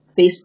Facebook